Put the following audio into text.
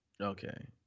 Okay